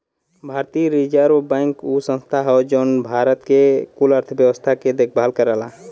भारतीय reserve bank उ संस्था हौ जौन भारत के कुल अर्थव्यवस्था के देखभाल करला